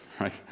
right